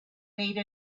made